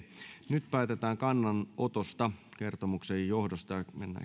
nyt päätetään kannanotosta kertomuksen johdosta